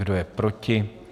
Kdo je proti?